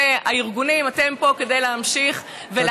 והארגונים, אתם פה כדי להמשיך ולעקוב.